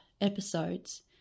episodes